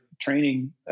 training